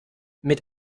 mit